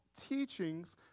teachings